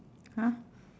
!huh!